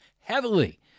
heavily